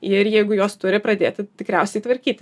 ir jeigu juos turi pradėti tikriausiai tvarkytis